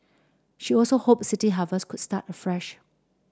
she also hoped City Harvest could start afresh